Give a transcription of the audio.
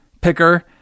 picker